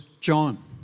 John